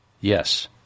Yes